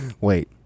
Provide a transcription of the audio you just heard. wait